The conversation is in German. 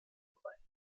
bereich